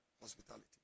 hospitality